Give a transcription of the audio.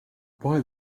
vahel